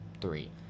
three